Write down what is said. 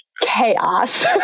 chaos